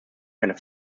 keine